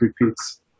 repeats